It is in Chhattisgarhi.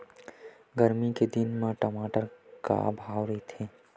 गरमी के दिन म टमाटर का भाव रहिथे?